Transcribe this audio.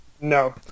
No